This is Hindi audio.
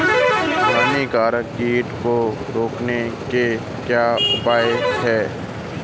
हानिकारक कीट को रोकने के क्या उपाय हैं?